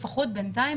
לפחות בינתיים,